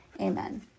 Amen